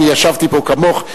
ישבתי פה כמוך,